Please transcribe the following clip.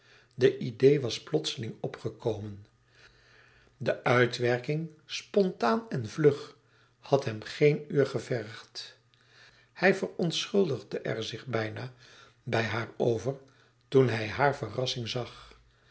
de idee was plotseling opgekomen de uitwerking spontaan en vlug had hem geen uur gevergd hij verontschuldigde er zich bijna bij haar over toen hij hare verrassing zag